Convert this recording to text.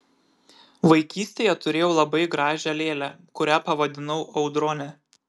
vaikystėje turėjau labai gražią lėlę kurią pavadinau audrone